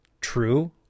true